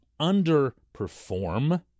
underperform